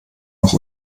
noch